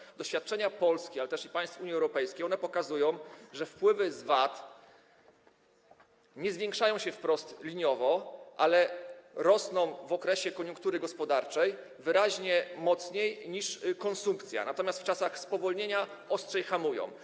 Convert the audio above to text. Polskie doświadczenia, ale też państw Unii Europejskiej, pokazują, że wpływy z VAT nie zwiększają się wprost liniowo, ale rosną w okresie koniunktury gospodarczej wyraźnie mocniej niż konsumpcja, natomiast w czasach spowolnienia ostrzej hamują.